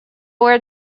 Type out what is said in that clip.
were